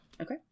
okay